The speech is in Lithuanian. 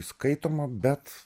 įskaitoma bet